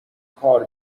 کار